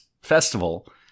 festival